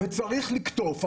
וצריך לקטוף.